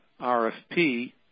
RFP